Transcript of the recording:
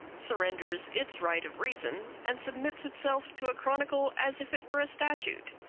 surrenders its right of reason and submits itself to a chronicle as if it were a statute.